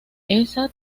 esa